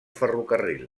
ferrocarril